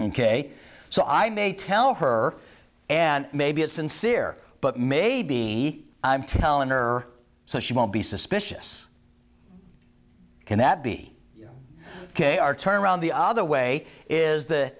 ok so i may tell her and maybe it's sincere but maybe i'm telling her so she won't be suspicious can that be ok our turn around the other way